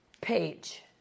page